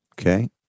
Okay